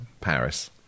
Paris